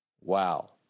Wow